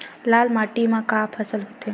लाल माटी म का का फसल होथे?